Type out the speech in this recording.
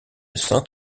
saint